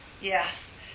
Yes